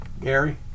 Gary